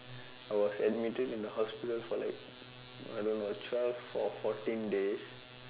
I was admitted in the hospital for like I don't know twelve or fourteen days